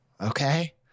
okay